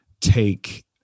take